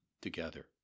together